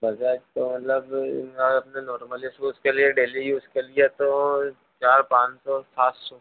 का मतलब मैं अपने नॉर्मली शूज़ के लिए डेली यूज़ के लिए तो चार पाँच सौ सात सौ